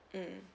mm